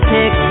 Pick